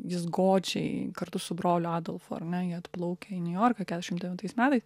jis godžiai kartu su broliu adolfu ar ne jie atplaukia į niujorką kesdešim devintais metais